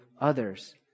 others